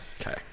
Okay